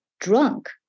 drunk